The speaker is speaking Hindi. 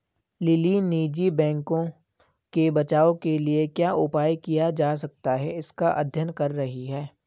लिली निजी बैंकों के बचाव के लिए क्या उपाय किया जा सकता है इसका अध्ययन कर रही है